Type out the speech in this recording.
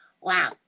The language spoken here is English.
Wow